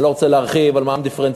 אני לא רוצה להרחיב על מע"מ דיפרנציאלי,